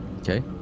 Okay